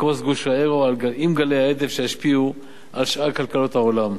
שיקרוס גוש היורו עם גלי הדף שישפיעו על שאר כלכלות העולם.